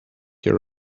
your